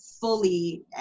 fully